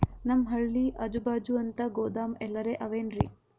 ನಮ್ ಹಳ್ಳಿ ಅಜುಬಾಜು ಅಂತ ಗೋದಾಮ ಎಲ್ಲರೆ ಅವೇನ್ರಿ?